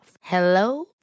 Hello